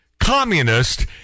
communist